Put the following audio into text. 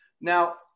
Now